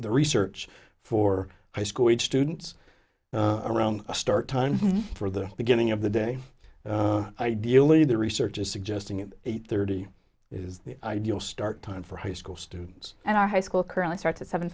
the research for high school students around a start time for the beginning of the day ideally the research is suggesting eight thirty is the ideal start time for high school students and our high school currently starts at seven